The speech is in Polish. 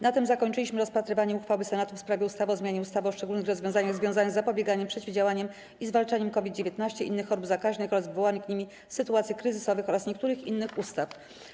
Na tym zakończyliśmy rozpatrywanie uchwały Senatu w sprawie ustawy o zmianie ustawy o szczególnych rozwiązaniach związanych z zapobieganiem, przeciwdziałaniem i zwalczaniem COVID-19, innych chorób zakaźnych oraz wywołanych nimi sytuacji kryzysowych oraz niektórych innych ustaw.